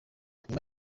nyuma